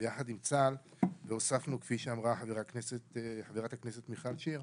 ביחד עם צה"ל, והוספנו, כפי שאמרה חה"כ מיכל שיר,